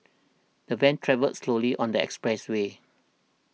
the van travelled slowly on the expressway